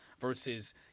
versus